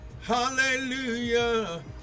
Hallelujah